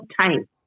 time